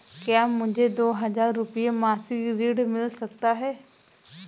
क्या मुझे दो हज़ार रुपये मासिक ऋण मिल सकता है?